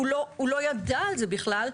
שהוא לא ידע על זה בכלל,